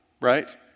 right